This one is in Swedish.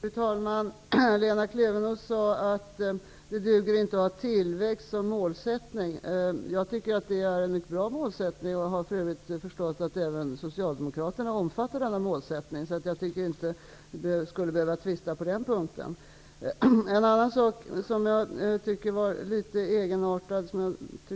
Fru talman! Lena Klevenås sade att det inte duger att ha tillväxt som mål. Jag tycker att det är ett mycket bra mål. Jag har för övrigt förstått att även Socialdemokraterna omfattar detta mål. Jag tycker inte att vi skulle behöva tvista på den punkten. En annan sak som jag tycker är litet egenartad och som jag